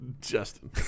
Justin